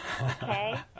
Okay